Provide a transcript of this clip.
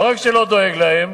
לא רק שלא דואגים לו,